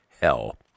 hell